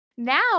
Now